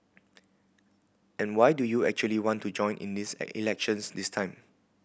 and why do you actually want to join in this elections this time